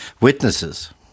witnesses